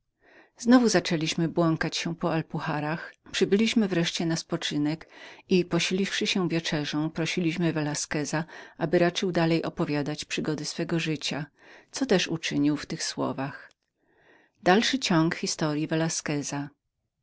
znowu zaczęliśmy błąkać się po alpuharach przybyliśmy wreszcie na spoczynek i posiliwszy się wieczerzą prosiliśmy velasqueza aby raczył dalej opowiadać przygody swego życia co też uczynił w tych słowach